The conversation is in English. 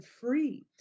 free